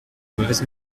mauvaise